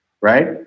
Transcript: right